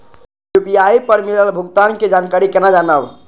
UPI पर मिलल भुगतान के जानकारी केना जानब?